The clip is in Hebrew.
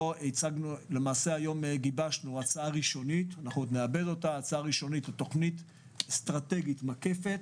גיבשנו היום הצעה ראשונית לתוכנית אסטרטגית מקפת